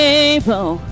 able